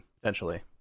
potentially